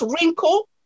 wrinkle